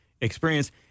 experience